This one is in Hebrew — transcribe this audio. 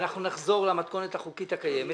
שנחזור למתכונת החוקית הקיימת,